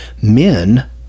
men